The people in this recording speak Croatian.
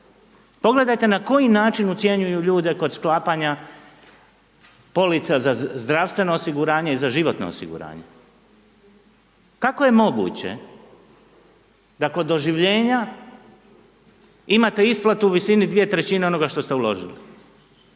pogledajte na koji način ucjenjuju ljude kod sklapanja polica za zdravstveno osiguranje i za životno osiguranje. Kako je moguće da kod oživljenja imate isplatu u visini 2/3 onoga što ste uložili?